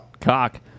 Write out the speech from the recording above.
cock